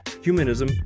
humanism